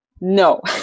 no